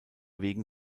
wegen